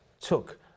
took